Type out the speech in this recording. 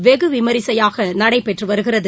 வெகு விமரிசையாக நடைபெற்று வருகிறது